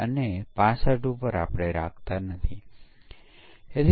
આ પરીક્ષણના વિવિધ સ્તરો છે